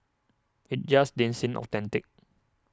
it just didn't seem authentic